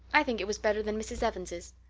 i think it was better than mrs. evans's.